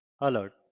alert